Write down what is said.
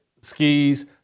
skis